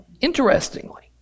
interestingly